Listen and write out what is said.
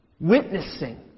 witnessing